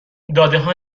دادهها